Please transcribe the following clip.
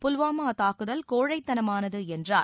புல்வாமா தாக்குதல் கோழைத்தனமானது என்றார்